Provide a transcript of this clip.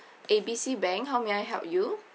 A B C bank how may I help you